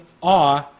awe